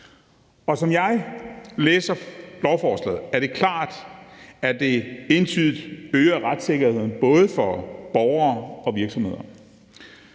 Og som jeg læser lovforslaget, er det klart, at det entydigt øger retssikkerheden, både for borgere og virksomheder.